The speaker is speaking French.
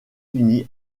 unis